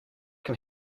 can